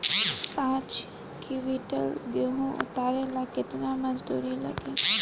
पांच किविंटल गेहूं उतारे ला केतना मजदूर लागी?